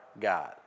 God